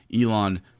Elon